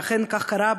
ואכן כך קרה,